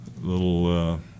little